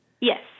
Yes